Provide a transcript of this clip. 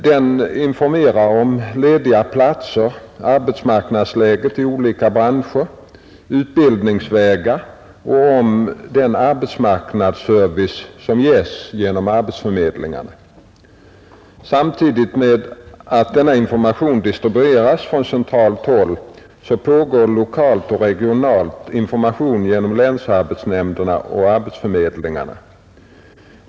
Den informerar om lediga platser, arbetsmarknadsläget i olika branscher, utbildningsvägar och om den arbetsmarknadsservice som ges av arbetsförmedlingen. Samtidigt med att denna information distribueras från centralt håll pågår lokal och regional information genom länsarbetsnämnder och arbetsförmedlingar.